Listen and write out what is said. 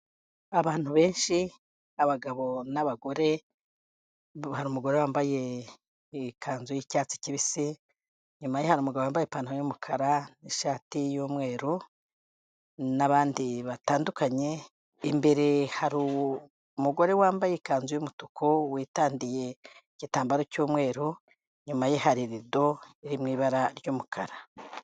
Abantu benshi, abagabo n'abagore. Hari umugore wambaye ikanzu y'icyatsi kibisi, inyuma ye hari umugabo wambaye ipantaro y'umukara n'ishati y'umweru, n'abandi batandukanye, imbere hari umugore wambaye ikanzu y'umutuku witandiye igitambaro cy'umweru, inyuma ye hari irido iri mu ibara ry'umukara.